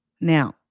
Now